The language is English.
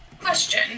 question